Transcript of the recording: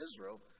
Israel